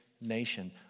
nation